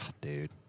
Dude